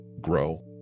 grow